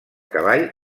cavall